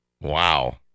Wow